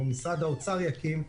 או משרד האוצר יקים.